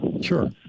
Sure